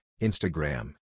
Instagram